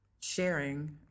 sharing